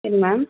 சரி மேம்